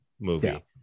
movie